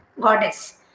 goddess